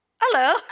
hello